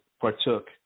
partook